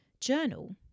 journal